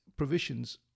provisions